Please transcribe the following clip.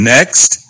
Next